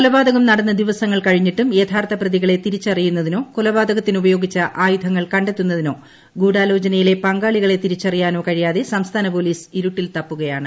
കൊലപാതകം നടന്ന് ദിവസങ്ങൾ കഴിഞ്ഞിട്ടും യഥാർത്ഥ പ്രതികളെ തിരിച്ചറിയുന്നതിനോ കൊലപാതകത്തിന് ഉപയോഗിച്ച ആയുധങ്ങൾ കണ്ടെത്തുന്നതിനോ ഗൂഢാലോചനയിലെ പങ്കാളികളെ തിരിച്ചറിയാനോ കഴിയാതെ സംസ്ഥാന പോലീസ് ഇരുട്ടിൽ തപ്പുകയാണ്